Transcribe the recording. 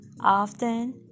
often